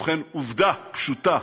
ובכן, עובדה פשוטה.